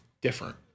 different